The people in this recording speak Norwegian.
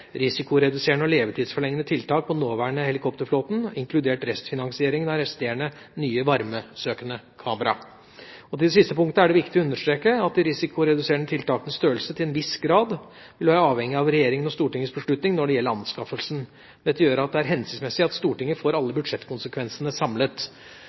levetidsforlengende tiltak på den nåværende helikopterflåten, inkludert restfinansiering av resterende nye varmesøkende kamera Til det siste punktet er det viktig å understreke at de risikoreduserende tiltakenes størrelse til en viss grad vil være avhengige av regjeringas og Stortingets beslutning når det gjelder anskaffelsen. Dette gjør at det er hensiktsmessig at Stortinget får